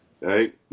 right